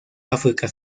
áfrica